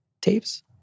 tapes